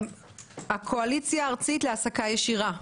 הקואליציה הארצית להעסקה ישירה.